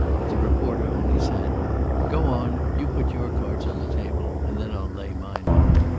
but the reporter only said go on, you put your cards on the table, and then i'll lay mine out.